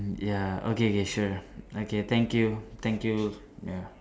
ya okay K sure okay thank you thank you ya